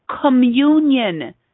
communion